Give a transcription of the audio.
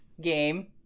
Game